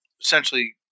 essentially